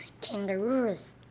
Kangaroos